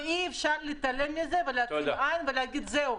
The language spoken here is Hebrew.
אי אפשר להתעלם מזה ולהגיד: זהו,